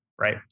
right